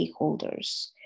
stakeholders